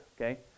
okay